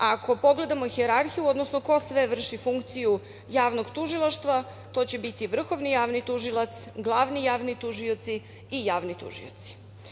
Ako pogledamo hijerarhiju, odnosno ko sve vrši funkciju javnog tužilaštva, to će biti Vrhovni javni tužilac, glavni javni tužioci i javni tužioci.